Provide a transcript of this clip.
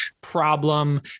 problem